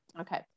Okay